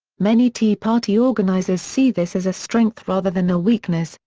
many tea party organizers see this as a strength rather than a weakness,